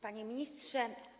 Panie Ministrze!